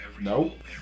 Nope